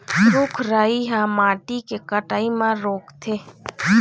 रूख राई ह माटी के कटई ल रोकथे